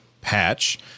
patch